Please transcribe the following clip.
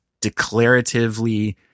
declaratively